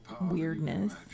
weirdness